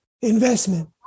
investment